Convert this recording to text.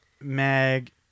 Mag